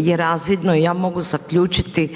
je razvidno i ja mogu zaključiti